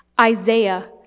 Isaiah